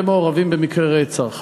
ומעורבים במקרי רצח.